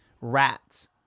rats